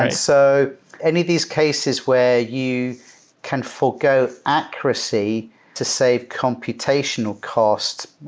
and so any of these cases where you can forgo accuracy to save computational cost,